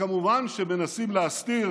וכמובן שמנסים להסתיר